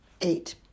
eight